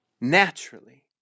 naturally